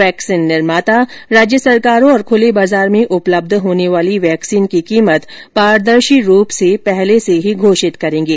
vaccine निर्माता राज्य सरकारों तथा खुले बाजार में उपलब्ध होने वाली वैक्सीन की कीमत पारदर्शी रूप से पहले से ही घोषित करेंगे